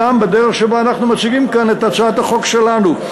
בדרך שבה אנחנו מציגים כאן את הצעת החוק שלנו.